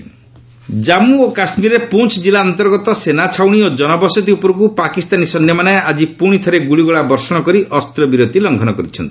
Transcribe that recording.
J and K ceasefire Jammu କାଶ୍ମୀରର ପୁଞ୍ଚ ଜିଲ୍ଲା ଅନ୍ତର୍ଗତ ସେନା ଛାଉଣି ଓ ଜନବସତି ଉପରକୁ ପାକିସ୍ତାନୀ ସୈନ୍ୟମାନେ ଆଜି ପୁଣିଥରେ ଗୁଳିଗୋଳା ବର୍ଷଣ କରି ଅସ୍ତ୍ରବିରତି ଲଙ୍ଘନ କରିଛନ୍ତି